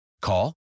Call